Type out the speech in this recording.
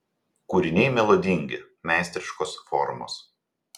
kūriniai melodingi meistriškos formos